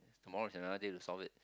tomorrow is another day to solve it